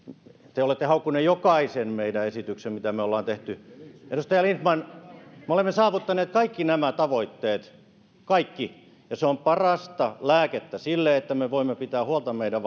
te olette haukkuneet jokaisen meidän esityksemme mitä me olemme tehneet edustaja lindtman me olemme saavuttaneet kaikki nämä tavoitteet kaikki ja se on parasta lääkettä sille että me voimme pitää huolta meidän